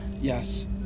Yes